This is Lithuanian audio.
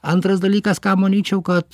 antras dalykas ką manyčiau kad